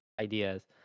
ideas